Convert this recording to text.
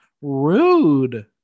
Rude